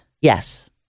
Yes